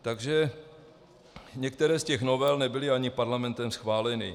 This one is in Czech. Takže některé z těch novel nebyly ani Parlamentem schváleny.